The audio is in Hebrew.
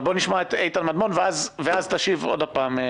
אבל בואו נשמע את איתן מדמון ואז תשיב שוב.